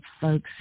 folks